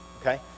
Okay